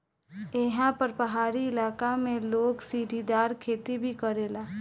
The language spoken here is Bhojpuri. एहा पर पहाड़ी इलाका में लोग सीढ़ीदार खेती भी करेला